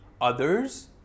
Others